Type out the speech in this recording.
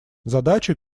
задачи